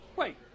Wait